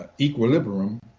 equilibrium